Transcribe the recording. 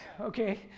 okay